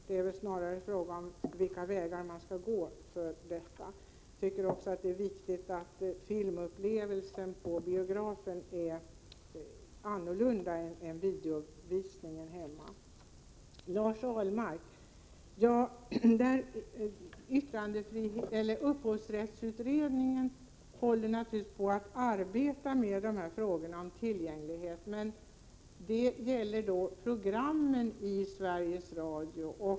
Det är snarare en fråga om vilka vägar man skall gå för att nå detta mål. Det är också viktigt att framhålla att filmupplevelsen på en biograf är annorlunda än den man får av en videovisning hemma. Så till Lars Ahlmark. Upphovsrättsutredningen arbetar naturligtvis med frågorna om tillgänglighet, men det gäller då programmen i Sveriges Radio.